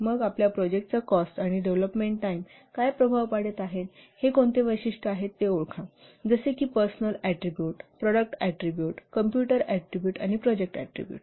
मग आपल्या प्रोजेक्टचा कॉस्ट आणि डेव्हलोपमेंट टाईम काय प्रभाव पाडत आहेत हे कोणते वैशिष्ट्ये आहेत ते ओळखा जसे की personal attribute product attribute computer attribute आणि प्रोजेक्ट ऍट्रीबुट